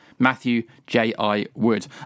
MatthewJIWood